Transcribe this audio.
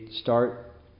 start